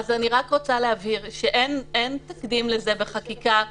אני רוצה להבהיר שאין בחקיקה תקדים לזה שיש